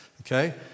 okay